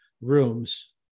rooms